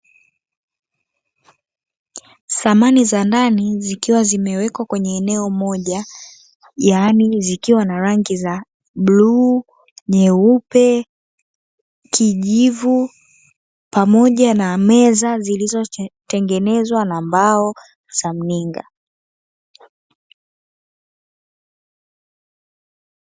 Samani za ndani zikiwa zimewekwa kwenye eneo moja yaani zikiwa na rangi za bluu, nyeupe, kijivu pamoja na meza zilizotengenezwa na mbao za mninga.